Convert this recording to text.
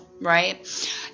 right